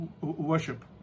worship